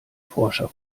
forscher